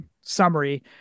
summary